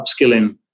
upskilling